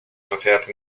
sociedad